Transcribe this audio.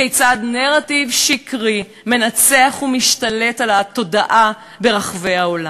כיצד נרטיב שקרי מנצח ומשתלט על התודעה ברחבי העולם.